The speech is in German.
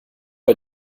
bei